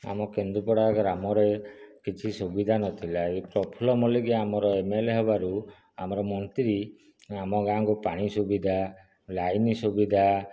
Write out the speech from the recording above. ଆମ କେନ୍ଦୁପଡ଼ା ଗ୍ରାମରେ କିଛି ସୁବିଧା ନଥିଲା ଏଇ ପ୍ରଫୁଲ୍ଲ ମଲ୍ଲିକ ଆମର ଏମ୍ ଏଲ୍ ଏ ହେବାରୁ ଆମର ମନ୍ତ୍ରୀ ଆମ ଗାଁକୁ ପାଣି ସୁବିଧା ଲାଇନ୍ ସୁବିଧା